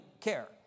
care